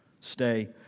Stay